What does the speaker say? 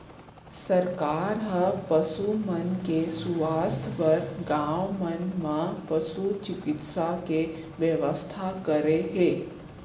सरकार ह पसु मन के सुवास्थ बर गॉंव मन म पसु चिकित्सा के बेवस्था करे हे